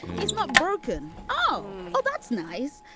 he's not broken. oh, well, that's nice.